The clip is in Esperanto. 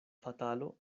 fatalo